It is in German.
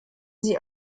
sie